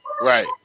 Right